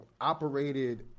operated